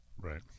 Right